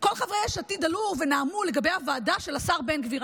כל חברי יש עתיד עלו ונאמו לגבי הוועדה של השר בן גביר.